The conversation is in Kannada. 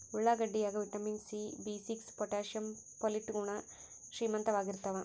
ಉಳ್ಳಾಗಡ್ಡಿ ಯಾಗ ವಿಟಮಿನ್ ಸಿ ಬಿಸಿಕ್ಸ್ ಪೊಟಾಶಿಯಂ ಪೊಲಿಟ್ ಗುಣ ಶ್ರೀಮಂತವಾಗಿರ್ತಾವ